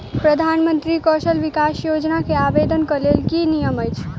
प्रधानमंत्री कौशल विकास योजना केँ आवेदन केँ लेल की नियम अछि?